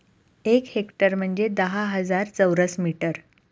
एक हेक्टर म्हणजे दहा हजार चौरस मीटर